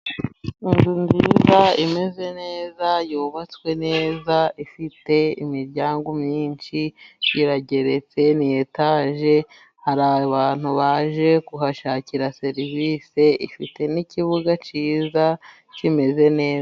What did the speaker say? Inzu nziza ,imeze neza ,yubatswe neza, ifite imiryango myinshi irageretse ni etaje hari abantu baje kuhashakira serivisi ,ifite n'ikibuga cyiza kimeze neza.